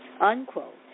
unquote